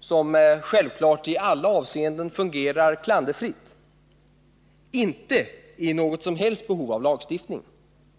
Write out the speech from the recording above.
som självfallet i alla avseenden fungerar klanderfritt, inte är i något som helst behov av lagstiftning.